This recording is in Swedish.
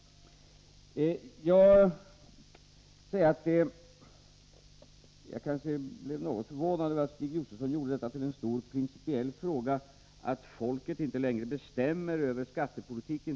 Jag blev något förvånad över att Stig Josefson gjorde detta till en stor principiell fråga när han sade att folket inte längre bestämmer över skattepolitiken.